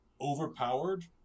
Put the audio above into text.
overpowered